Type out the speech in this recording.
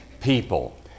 people